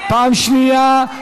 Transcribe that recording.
פעם שנייה,